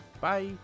Bye